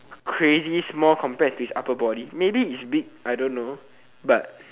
crazy small compared to his upper body maybe it's big I don't know but